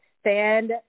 stand